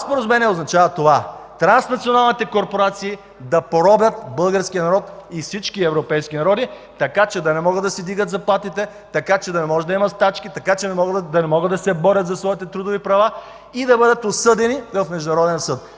споразумението означава това – транснационалните корпорации да поробят българския народ и всички европейски народи, така че да не могат да си вдигат заплатите, така че да не може да има стачки, така че да не могат да се борят за своите трудови права и да бъдат осъдени в международен съд.